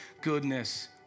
goodness